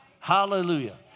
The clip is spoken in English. Hallelujah